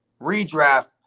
redraft